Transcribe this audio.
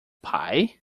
pie